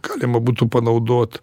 galima būtų panaudot